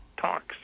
talks